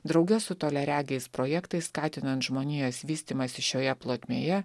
drauge su toliaregiais projektais skatinant žmonijos vystymąsi šioje plotmėje